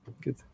Good